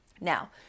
Now